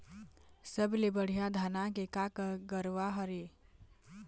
सबले बढ़िया धाना के का गरवा हर ये?